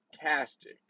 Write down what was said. Fantastic